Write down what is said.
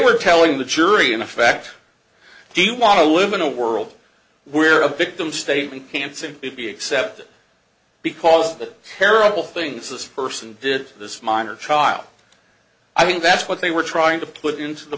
were telling the jury in effect do you want to live in a world where a victim statement can't simply be accepted because that terrible things this person did this minor child i mean that's what they were trying to put into the